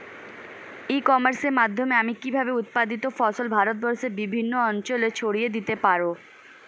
ই কমার্সের মাধ্যমে আমি কিভাবে উৎপাদিত ফসল ভারতবর্ষে বিভিন্ন অঞ্চলে ছড়িয়ে দিতে পারো?